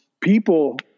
people